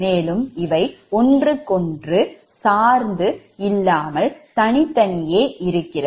மேலும் இவை ஒன்றுக்கொன்று சார்ந்து இல்லாமல் தனித்தனியே இருக்கிறது